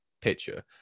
picture